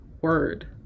word